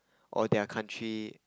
or their country